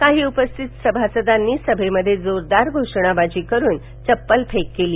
काही उपस्थित सभासदांनी सभेमध्ये जोरदार घोषणाबाजी करून चप्पलफेक केली